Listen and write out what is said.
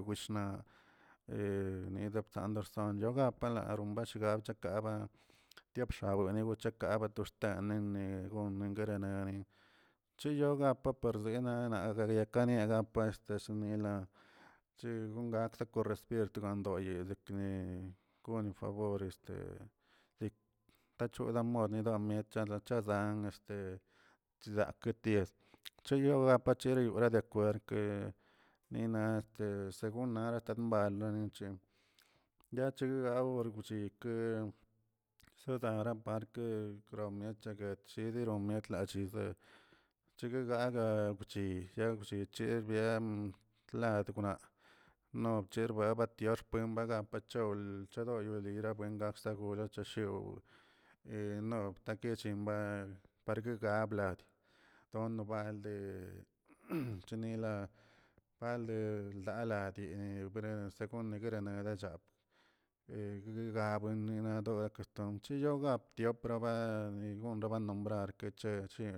wishna he nedoprsandorio apalaramshondgal yakaba diabxawani kava to xtene nen goranek chiyogaka parnina agania ka niaꞌ gakə este shinila che gonkadra gon recibirniat doyel dikni goni favor este acho damiet didamiet yala chazan este chzake dies cheyoga pach leydora deakwerd ke nina este gon nara stambalə yache argowal nikə sodara park de gromietcha gushi dieron mietlachllzeꞌ chegue gagachi jyal chchirbiyen tladgona nob cherbawat axkwen bagat dol chedoydolo wenkza rabgayol chyoo he nob takechimba wa parke gablad donobalde chinila baldedini lad según greneguech he guegachbueni adom ketarkwenchi to ga btiop pro gomane nombrarke che chi.